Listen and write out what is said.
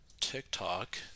TikTok